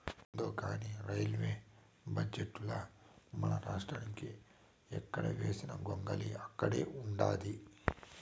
యాందో కానీ రైల్వే బడ్జెటుల మనరాష్ట్రానికి ఎక్కడ వేసిన గొంగలి ఆడే ఉండాది